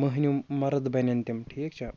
مٔہنیوٗ مَرٕد بَنان تِم ٹھیٖک چھا